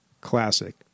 Classic